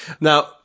Now